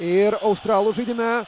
ir australų žaidime